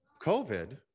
COVID